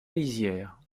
lisière